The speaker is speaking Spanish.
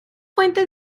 fuente